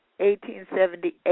1878